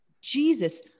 Jesus